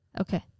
Okay